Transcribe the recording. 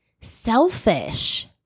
selfish